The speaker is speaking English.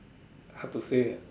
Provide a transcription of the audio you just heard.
hard to say lah